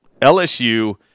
LSU